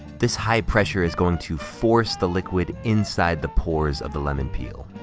this high pressure is going to force the liquid inside the pores of the lemon peel.